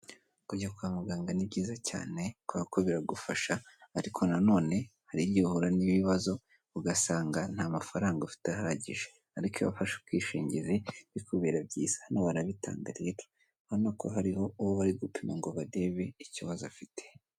Kujya kwa muganga ni byiza cyane kubera ko biragufasha ariko nanone hari igihe uhura n'ibibazo ugasanga nta mafaranga ufite ahagije ariko iyo wafashe ubwishingizi bikubera byiza, hano barabitanga rero, urabona ko hariho uwo bari gupima ngo barebe ikibazo afite.